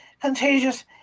contagious